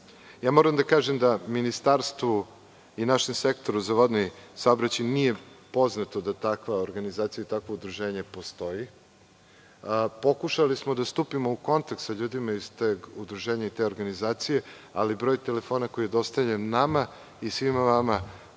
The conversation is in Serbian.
Moram da kažem da Ministarstvu i našem sektoru za vodni saobraćaj nije poznato da takva organizacija i takvo udruženje postoji. Pokušali smo da stupimo u kontakt sa ljudima iz tog udruženja i te organizacije, ali na broj telefona koji je dostavljen nama i svima vama